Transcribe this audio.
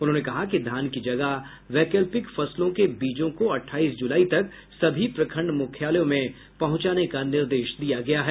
उन्होंने कहा कि धान की जगह वैकल्पिक फसलों के बीजों को अठाईस जुलाई तक सभी प्रखंड मुख्यालयों में पहुंचाने का निर्देश दिया गया है